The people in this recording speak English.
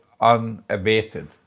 unabated